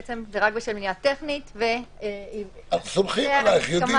זה רק בשל מניעה טכנית ושתהיה הסכמה